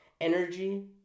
energy